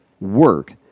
work